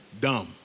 Dumb